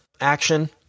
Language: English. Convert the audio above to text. action